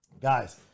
guys